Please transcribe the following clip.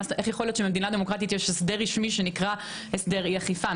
איך יכול להיות שלמדינה דמוקרטית יש הסדר רשמי שנקרא הסדר אי אכיפה?